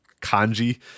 Kanji